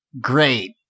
Great